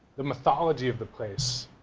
the mythology of the place